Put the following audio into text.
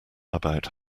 about